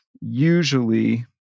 Usually